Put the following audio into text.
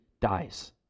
dies